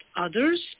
others